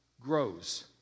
grows